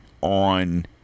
on